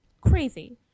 Crazy